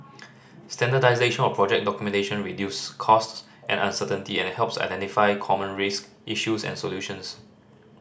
standardisation of project documentation reduces costs and uncertainty and helps identify common risk issues and solutions